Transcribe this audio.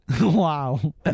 Wow